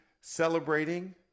celebrating